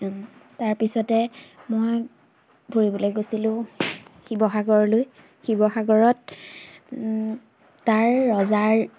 তাৰপিছতে মই ফুৰিবলৈ গৈছিলোঁ শিৱসাগৰলৈ শিৱসাগৰত তাৰ ৰজাৰ